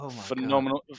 phenomenal